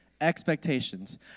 Expectations